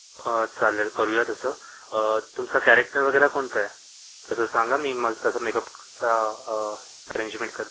ह चालेल करूया तसं तुमचं कॅरॅक्टर वगैरे कोणतं आहे तसं सांगा मी मग तसं मेकअपचा अरेंजमेंट करतो